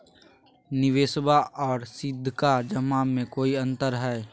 निबेसबा आर सीधका जमा मे कोइ अंतर हय?